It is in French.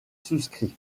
souscrit